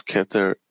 Keter